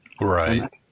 Right